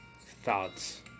thoughts